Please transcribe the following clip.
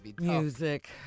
music